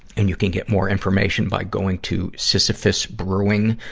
and you can get more information by going to sisyphusbrewing.